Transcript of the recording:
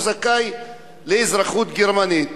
הוא זכאי לאזרחות גרמנית.